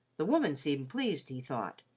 the woman seemed pleased, he thought.